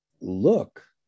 look